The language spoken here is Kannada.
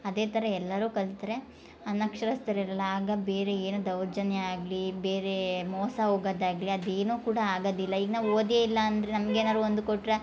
ಅದೇ ಥರ ಎಲ್ಲರು ಕಲ್ತ್ರೆ ಅನಕ್ಷರಸ್ತರಿರಲ್ಲ ಆಗ ಬೇರೆ ಏನು ದೌರ್ಜನ್ಯ ಆಗ್ಲಿ ಬೇರೆ ಮೋಸ ಹೋಗದಾಗಲಿ ಅದೇನು ಕೂಡ ಆಗದಿಲ್ಲ ಈಗ ನಾವು ಓದೇ ಇಲ್ಲ ಅಂದರೆ ನಮ್ಗ ಏನಾದರು ಒಂದು ಕೊಟ್ಟರೆ